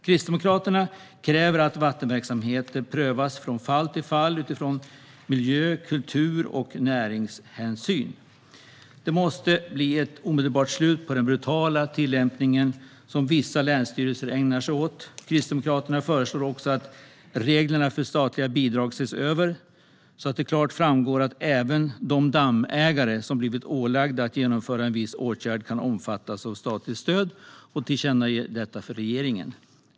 Kristdemokraterna kräver att vattenverksamheter prövas från fall till fall utifrån miljö-, kultur och näringshänsyn. Det måste bli ett omedelbart slut på den brutala tillämpning som vissa länsstyrelser ägnar sig åt. Kristdemokraterna föreslår också att reglerna för statliga bidrag ses över så att det klart framgår att även de dammägare som blivit ålagda att vidta en viss åtgärd kan omfattas av statligt stöd. Detta vill vi tillkännage för regeringen.